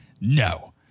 no